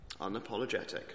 unapologetic